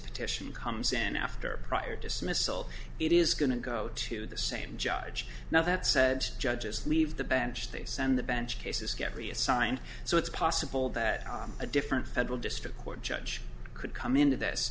petition comes in after prior dismissal it is going to go to the same judge now that said judges leave the bench they send the bench cases get reassigned so it's possible that a different federal district court judge could come into this